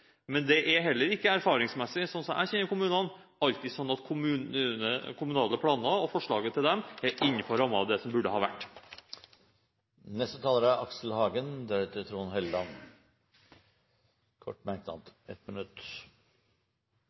men det er heller ikke, sånn som jeg kjenner kommunene, erfaringsmessig alltid sånn at forslaget til kommunale planer er innenfor rammen av det som burde ha vært. Jeg er